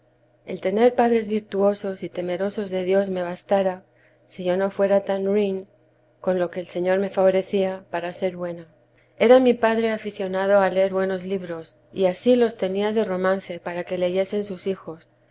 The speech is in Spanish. tl l tener padres virtuosos y temerosos de dios me bastara si yo no fuera tan ruin con lo que el señor me favorecía para ser buena era mi padre aficionado a leer buenos librosy ansí los tenía de romance para que leyesen sus hijos